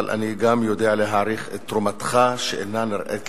אבל אני גם יודע להעריך את תרומתך שאינה נראית לעין,